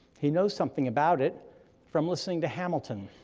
he knows something about it from listening to hamilton,